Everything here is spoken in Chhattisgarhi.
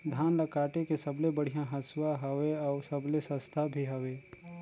धान ल काटे के सबले बढ़िया हंसुवा हवये? अउ सबले सस्ता भी हवे?